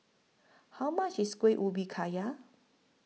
How much IS Kuih Ubi Kayu